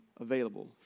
available